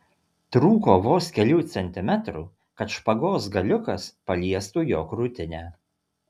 trūko vos kelių centimetrų kad špagos galiukas paliestų jo krūtinę